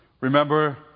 Remember